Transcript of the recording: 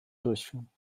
durchführen